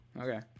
Okay